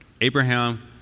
Abraham